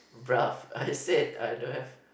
bro I said I don't have